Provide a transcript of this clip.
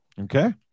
Okay